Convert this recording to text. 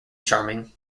charming